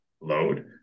load